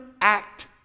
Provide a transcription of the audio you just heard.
act